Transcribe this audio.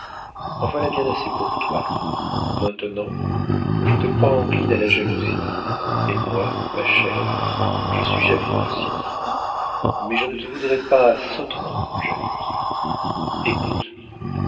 en voilà bien assez pour toi maintenant je te crois encline à la jalousie et moi ma chère je suis jalouse aussi mais je ne te voudrais pas sottement jalouse